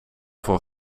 voor